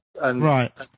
Right